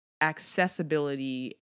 accessibility